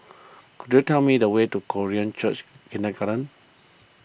could you tell me the way to Korean Church Kindergarten